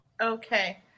Okay